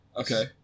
Okay